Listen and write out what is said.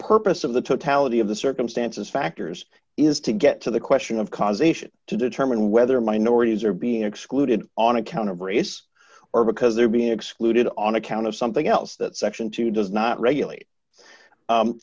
purpose of the totality of the circumstances factors is to get to the question of causation to determine whether minorities are being excluded on account of race or because they're being excluded on account of something else that section two does not regulate